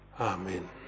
amen